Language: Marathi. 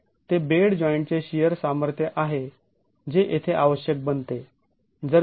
तर ते बेड जॉईंटचे शिअर सामर्थ्य आहे जे येथे आवश्यक बनते